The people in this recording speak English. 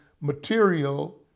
material